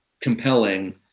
compelling